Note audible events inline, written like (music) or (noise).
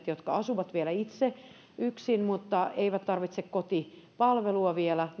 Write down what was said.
(unintelligible) jotka asuvat vielä yksin mutta eivät tarvitse kotipalvelua vielä